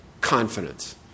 confidence